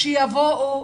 שיבואו,